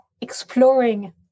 exploring